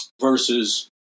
versus